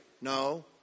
No